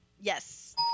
Yes